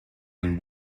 and